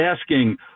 asking